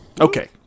Okay